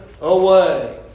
away